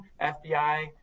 FBI